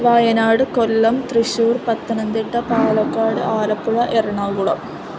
Wayanad Kollam Thrissur Pathanamthitta Palakkad Alappuzha Ernakulam